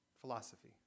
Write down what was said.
philosophy